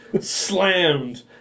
slammed